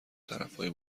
طرفای